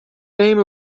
name